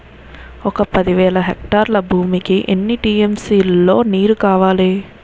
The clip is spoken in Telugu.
ఒక పది వేల హెక్టార్ల భూమికి ఎన్ని టీ.ఎం.సీ లో నీరు కావాలి?